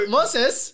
Moses